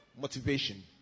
motivation